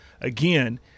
again